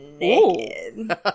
naked